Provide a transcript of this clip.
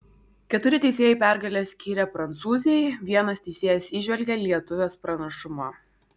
keturi teisėjai pergalę skyrė prancūzei vienas teisėjas įžvelgė lietuvės pranašumą